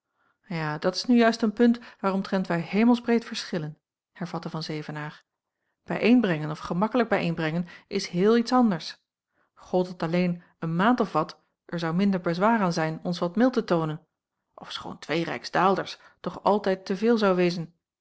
ja dat is nu juist een punt waaromtrent wij hemelsbreed verschillen hervatte van zevenaer bijeenbrengen of gemakkelijk bijeenbrengen is heel iets anders gold het alleen een maand of wat er zou minder bezwaar aan zijn ons wat mild te toonen ofschoon twee rijksdaalders toch altijd te veel zou wezen